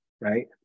right